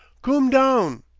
coom down,